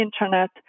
internet